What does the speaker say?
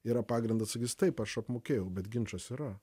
yra pagrindo sakyt taip aš apmokėjau bet ginčas yra